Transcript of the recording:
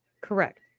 Correct